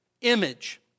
image